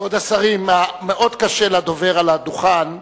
כבוד השרים, מאוד קשה לדובר על הדוכן.